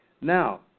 now